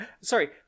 Sorry